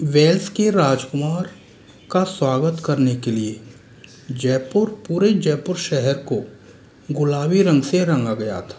Wales के राजकुमार का स्वागत करने के लिए जयपुर पूरे जयपुर शहर को गुलाबी रंग से रंगा गया था